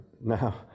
now